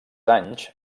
anys